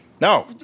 no